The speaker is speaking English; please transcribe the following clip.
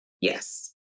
Yes